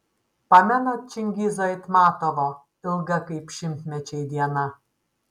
pamenat čingizo aitmatovo ilga kaip šimtmečiai diena